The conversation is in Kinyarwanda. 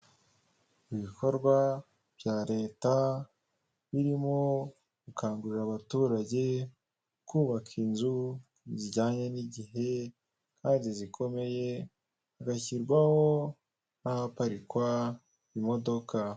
Aba ni abantu batatu, umwe muri bo asa nk'ukuze, ni umudamu wishimye afite umwana mu ntoki, hari undi uryamye wambaye ibintu by'umweru bisa nk'aho ari kwa muganga, hamwe n'ubwishingizi bwo kwivuza ku giti cyawe n'abagize umuryango ikizere cy'ejo hazaza, ibyishimo by'umuryango, ni amagambo yanditse ku cyapa cyamamaza baherereyeho.